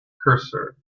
cursor